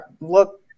look